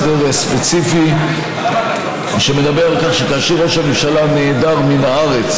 הסדר ספציפי שמדבר על כך שכאשר ראש הממשלה נעדר מן הארץ,